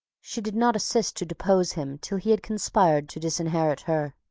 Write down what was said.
she did not assist to depose him till he had conspired to disinherit her.